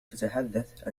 تتحدث